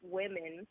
women